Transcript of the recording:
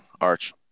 Arch